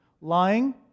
Lying